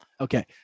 Okay